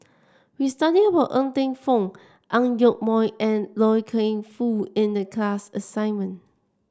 we studied about Ng Teng Fong Ang Yoke Mooi and Loy Keng Foo in the class assignment